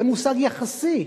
זה מושג יחסי.